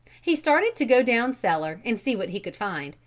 he started to go down cellar and see what he could find,